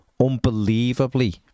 unbelievably